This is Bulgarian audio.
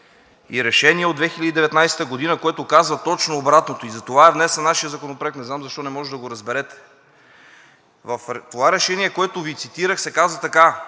и решение от 2019 г., което казва точно обратното и затова е внесен нашият законопроект. Не знам защо не можете да го разберете. В това решение, което Ви цитирах, се казва така